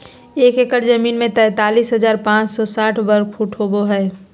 एक एकड़ जमीन में तैंतालीस हजार पांच सौ साठ वर्ग फुट होबो हइ